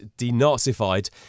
denazified